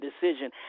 decision